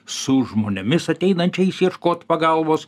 su žmonėmis ateinančiais ieškot pagalbos